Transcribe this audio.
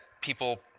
people